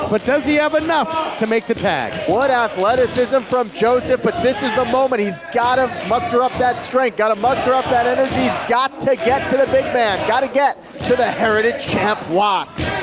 but does he have enough to make the tag? what athleticism from joseph but this is the moment, he's gotta muster up that strength, gotta muster up that energy, he's got to get to the big man, gotta get to the heritage champ watts.